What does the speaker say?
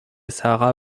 sahara